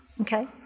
Okay